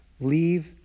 leave